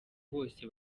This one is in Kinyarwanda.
bose